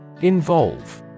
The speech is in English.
Involve